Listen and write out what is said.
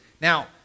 now